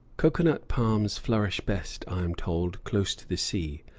cocoa-nut palms flourish best, i am told, close to the sea,